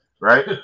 right